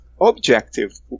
objective